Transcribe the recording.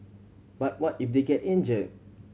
but what if they get injured